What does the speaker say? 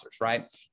right